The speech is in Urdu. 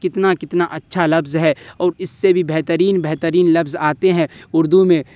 کتنا کتنا اچھا لفظ ہے اور اس سے بھی بہترین بہترین لفظ آتے ہیں اردو میں